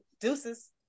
Deuces